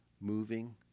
moving